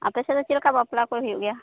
ᱟᱯᱮ ᱥᱮᱫ ᱫᱚ ᱪᱮᱫᱠᱟ ᱵᱟᱯᱞᱟ ᱠᱚ ᱦᱩᱭᱩᱜ ᱜᱮᱭᱟ